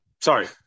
sorry